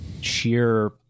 Sheer